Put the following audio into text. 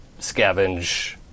scavenge